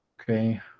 Okay